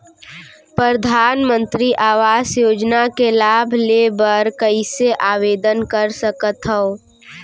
परधानमंतरी आवास योजना के लाभ ले बर कइसे आवेदन कर सकथव?